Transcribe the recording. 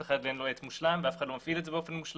לאף אחד אין עץ מושלם ואף אחד לא מפעיל את זה באופן מושלם.